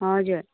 हजुर